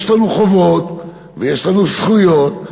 יש לנו חובות ויש לנו זכויות,